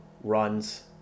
runs